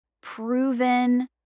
proven